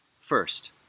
First